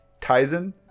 Tizen